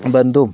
ബന്ധവും